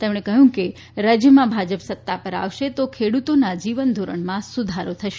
તેમણે કહ્યું કે રાજ્યમાં ભાજપ સત્તા પર આવશે તો ખેડૂતોના જીવનધોરણમાં સુધારો થશે